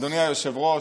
אדוני היושב-ראש,